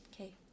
Okay